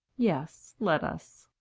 yes, let us.